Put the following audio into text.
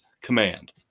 command